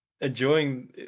enjoying